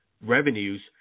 revenues